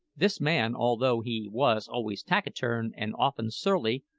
this man, although he was always taciturn and often surly,